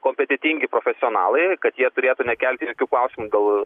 kompetentingi profesionalai kad jie turėtų nekelti jokių klausimų dėl